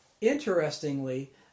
interestingly